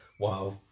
Wow